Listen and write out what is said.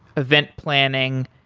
event planning.